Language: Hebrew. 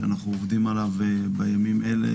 שאנחנו עובדים עליו בימים אלה,